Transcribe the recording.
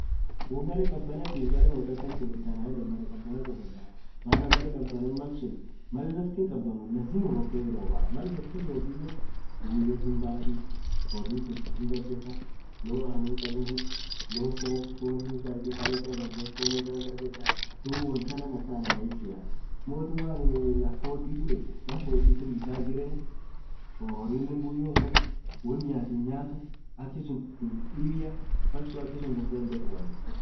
ammo baree khabanatif berre hodha kaam ghubetha annan yedhe berre kabhanaa khubedha maaana berre khabana malsun Mal laftin khabanothu lazima bokken hirobhaa Mal bokken robbinen button hinbhatii horri kinkiii hinghabetha loaan anen khabeni loaan fhon iraaa hidharegedha dhub wontanan Anna rahisia ammothu woo anin laf hodhithu dhekhu laff hodhithu bisan hinjirenu horinen buyoo hinkhabuu won nyath nyathu achisun dhibum dhibiya malsun achisun dhadhe hindhekhu